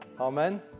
Amen